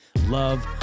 love